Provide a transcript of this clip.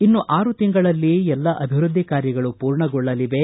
ಇನ್ನು ಆರು ತಿಂಗಳಲ್ಲಿ ಎಲ್ಲ ಅಭಿವೃದ್ದಿ ಕಾರ್ಯಗಳು ಪೂರ್ಣಗೊಳ್ಳಲಿವೆ